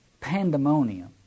pandemonium